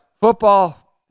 football